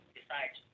decide